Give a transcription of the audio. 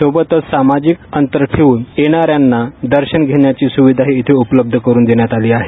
सोबतच सामाजिक अंतर ठेऊन येणाऱ्याना दर्शन घेण्याची सोय येथे उपलब्ध करून देण्यात आली आहे